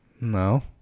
No